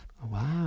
Wow